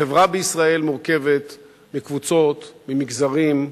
החברה בישראל מורכבת מקבוצות, ממגזרים,